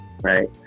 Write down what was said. right